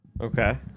Okay